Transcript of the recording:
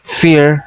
fear